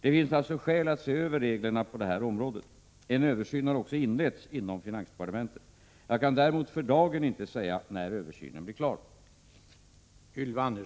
Det finns alltså skäl att se över reglerna på detta område. En översyn har också inletts inom finansdepartementet. Jag kan däremot för dagen inte säga när översynen blir klar.